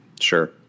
Sure